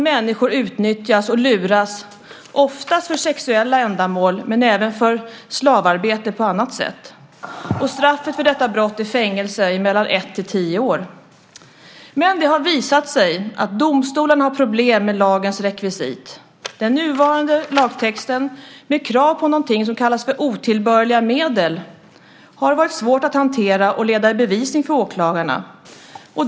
Människor utnyttjas och luras oftast för sexuella ändamål men även för slavarbete på annat sätt. Straffet för detta brott är fängelse i mellan ett till tio år. Det har visat sig att domstolarna har problem med lagens rekvisit. Den nuvarande lagtexten med krav på någonting som kallas otillbörliga medel har varit svår att hantera och leda i bevis för åklagarna.